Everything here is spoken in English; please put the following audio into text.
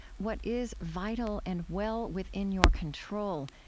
what is vital, and well within your control,